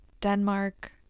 Denmark